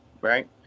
right